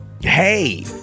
hey